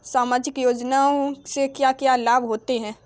सामाजिक योजना से क्या क्या लाभ होते हैं?